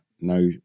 no